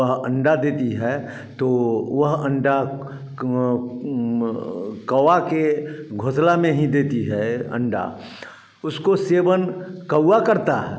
वह अंडा देती है तो वह अंडा कौआ के घोंसला में ही देती है अंडा उसको सेवन कौआ करता है